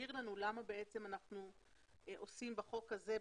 שתבהיר לנו למה בעצם אנחנו עושים בחוק הזה,